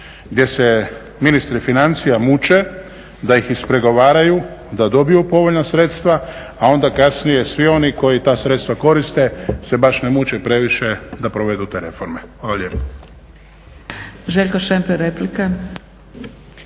gdje se ministri financija muče da ih ispregovaraju, da dobiju povoljno sredstva, a onda kasnije svi oni koji ta sredstva koriste se baš ne muče previše da provedu te reforme. Hvala lijepo.